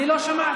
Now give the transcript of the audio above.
אני לא שמעתי.